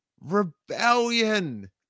rebellion